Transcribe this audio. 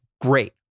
great